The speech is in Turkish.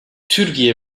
türkiye